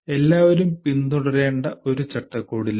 എല്ലാവരും പിന്തുടരേണ്ട ഒരു ചട്ടക്കൂടില്ല